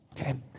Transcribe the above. Okay